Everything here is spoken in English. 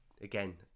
again